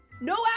no